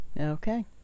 okay